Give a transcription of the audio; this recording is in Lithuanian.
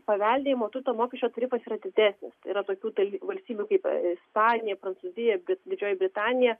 paveldėjimo turto mokesčio tarifas yra didesnis yra tokių valstybių kaip ispanija prancūzija didžioji britanija